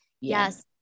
Yes